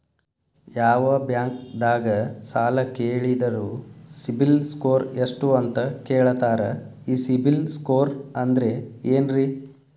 ಯಾವ ಬ್ಯಾಂಕ್ ದಾಗ ಸಾಲ ಕೇಳಿದರು ಸಿಬಿಲ್ ಸ್ಕೋರ್ ಎಷ್ಟು ಅಂತ ಕೇಳತಾರ, ಈ ಸಿಬಿಲ್ ಸ್ಕೋರ್ ಅಂದ್ರೆ ಏನ್ರಿ?